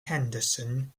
henderson